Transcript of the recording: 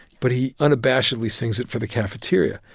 but he unabashedly sings it for the cafeteria.